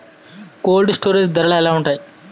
Cold storage ధరలు ఎలా ఉంటాయి?